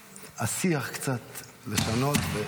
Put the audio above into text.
קצת לשנות את השיח.